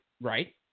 Right